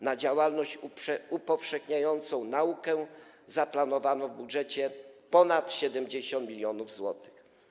Na działalność upowszechniającą naukę zaplanowano w budżecie ponad 70 mln zł.